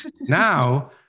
Now